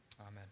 Amen